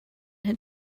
had